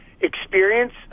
experience